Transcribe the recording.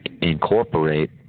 incorporate